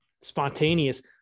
spontaneous